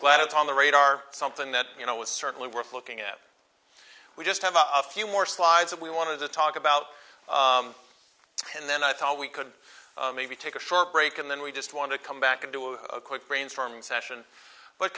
but it's on the radar something that you know was certainly worth looking at we just have a few more slides that we want to talk about and then i thought we could maybe take a short break and then we just want to come back and do a quick brainstorming session but